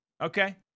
Okay